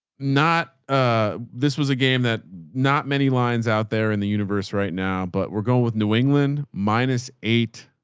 not ah this was a game that not many lines out there in the universe right now, but we're going with new england minus eight,